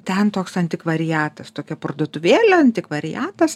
ten toks antikvariatas tokią parduotuvėlė antikvariatas